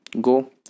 Go